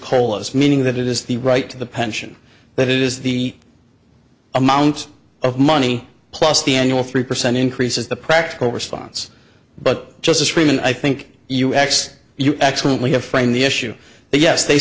colas meaning that it is the right to the pension that is the amount of money plus the annual three percent increase is the practical response but just scream and i think you x you actually have framed the issue that yes they